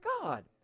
God